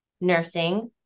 nursing